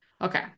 Okay